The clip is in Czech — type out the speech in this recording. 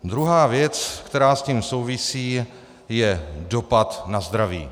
Druhá věc, která s tím souvisí, je dopad na zdraví.